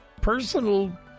personal